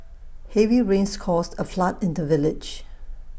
heavy rains caused A flood in the village